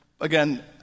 Again